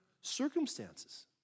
circumstances